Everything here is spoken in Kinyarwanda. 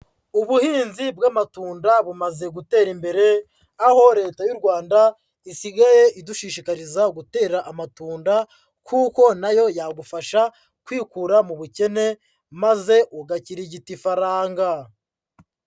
Ubuhinzi bw'amatunda bumaze gutera imbere, aho Leta y'u Rwanda isigaye idushishikariza gutera amatunda, kuko na yo yagufasha kwikura mu bukene maze ugakirigita ifaranga.